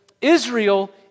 Israel